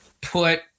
put